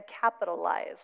capitalize